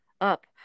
up